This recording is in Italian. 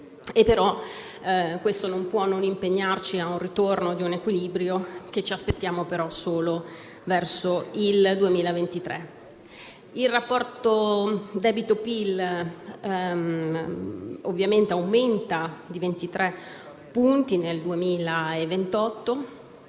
questo non può non impegnarci per il ritorno ad un equilibrio, che ci aspettiamo però solo verso il 2023. Il rapporto tra debito e PIL aumenta di 23 punti nel 2020,